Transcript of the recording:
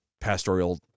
pastoral